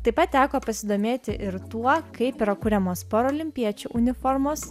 taip pat teko pasidomėti ir tuo kaip yra kuriamos parolimpiečių uniformos